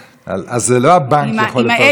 אז זה לא הבנק יכול לפרסם אלא אתם.